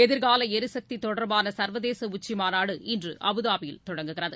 எதிர்கால எரிசக்தி தொடர்பான சர்வதேச உச்சிமாநாடு இன்று அபுதாபியில் தொடங்குகிறது